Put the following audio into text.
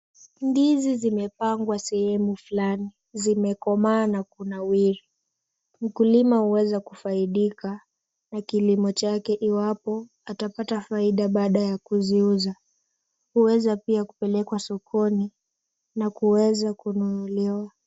Ndizi zimepangwa sehemu fulani. Zimekomaa na kunawiri. Mkulima huweza kufaidika na kilimo chake iwapo atapata faida baada ya kuziuza. Huweza pia kupelekwa sokoni na kuweza kununuliwa.